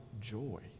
joy